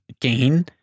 gain